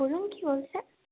বলুন কি বলছেন